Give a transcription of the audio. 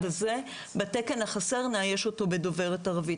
הזה נאייש את התקן החסר בדוברת ערבית,